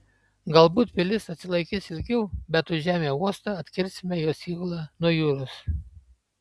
galbūt pilis atsilaikys ilgiau bet užėmę uostą atkirsime jos įgulą nuo jūros